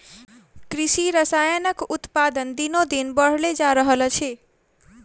कृषि रसायनक उत्पादन दिनोदिन बढ़ले जा रहल अछि